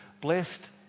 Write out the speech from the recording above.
blessed